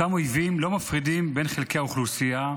אותם אויבים לא מפרידים בין חלקי האוכלוסייה,